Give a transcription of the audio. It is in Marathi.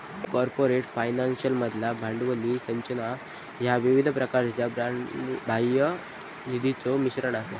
कॉर्पोरेट फायनान्समधला भांडवली संरचना ह्या विविध प्रकारच्यो बाह्य निधीचो मिश्रण असा